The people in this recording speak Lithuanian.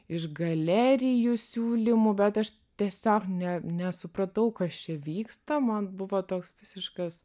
iš galerijų siūlymų bet aš tiesiog net ne nesupratau kas čia vyksta man buvo toks visiškas